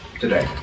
today